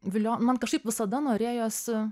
viliojo man kažkaip visada norėjosi